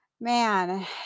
Man